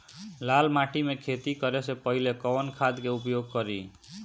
लाल माटी में खेती करे से पहिले कवन खाद के उपयोग करीं?